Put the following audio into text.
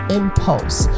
impulse